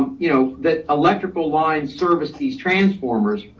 you know the electrical lines service, these transformers,